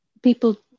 people